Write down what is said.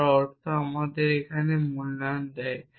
যার অর্থ আমাদের এই মূল্যায়ন দেয়